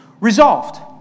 Resolved